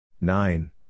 nine